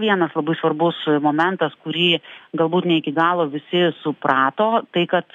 vienas labai svarbus momentas kurį galbūt ne iki galo visi suprato tai kad